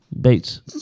Bates